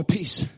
peace